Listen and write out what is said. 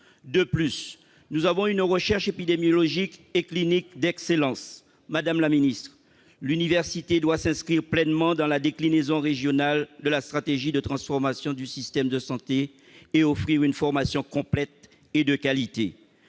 de plus, nous avons une recherche épidémiologique et clinique d'excellence madame la Ministre, l'université doit s'inscrire pleinement dans la déclinaison régionale de la stratégie de transformation du système de santé et offrir une formation complète et de qualité